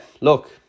look